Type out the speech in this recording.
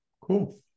Cool